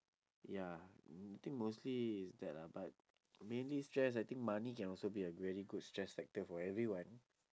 ya mm I think mostly is that lah but mainly stress I think money can also be a very good stress factor for everyone